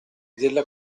della